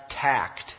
tact